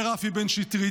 אומר רפי בן שטרית.